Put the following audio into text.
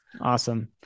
Awesome